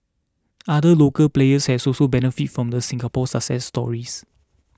other local players has also benefited from the Singapore success stories